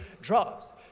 drops